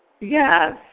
Yes